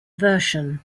version